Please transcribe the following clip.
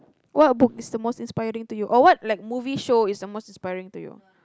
what book is the most inspiring to you or what like movie show is the most inspiring to you